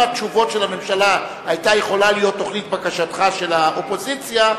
אם התשובות של הממשלה היו יכולות להיות תוכנית כבקשתך של האופוזיציה,